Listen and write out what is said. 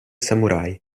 samurai